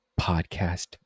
podcast